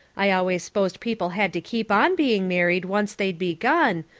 i always s'posed people had to keep on being married once they'd begun,